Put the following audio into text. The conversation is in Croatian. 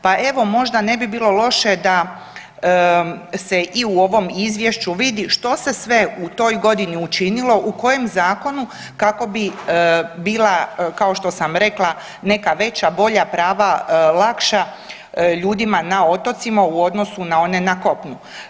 Pa evo možda ne bi bilo loše da se i u ovom izvješću vidi što se sve u toj godini učinilo u kojem zakonu kako bi bila kao što sam rekla neka veća, bolja prava, lakša ljudima na otocima u odnosu na one na kopnu.